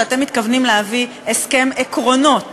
שאתם מתכוונים להביא הסכם עקרונות.